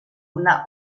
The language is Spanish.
una